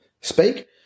speak